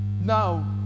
Now